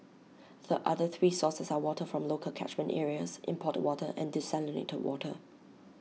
the other three sources are water from local catchment areas imported water and desalinated water